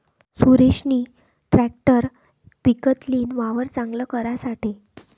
सुरेशनी ट्रेकटर विकत लीन, वावर चांगल करासाठे